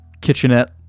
kitchenette